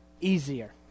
easier